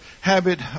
habit